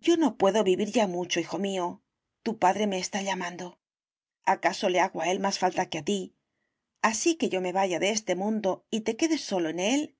yo no puedo vivir ya mucho hijo mío tu padre me está llamando acaso le hago a él más falta que a ti así que yo me vaya de este mundo y te quedes solo en él